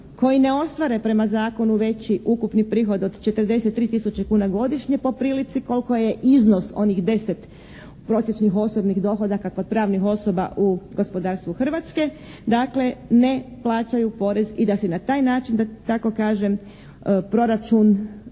koji ne ostvare prema zakonu veći ukupno prihod od 43 tisuće kuna godišnje po prilici koliko je iznos onih 10 prosječnih osobnih dohodaka kod pravnih osoba u gospodarstvu Hrvatske dakle ne plaćaju porez i da se na taj način da tako kažem proračun